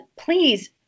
please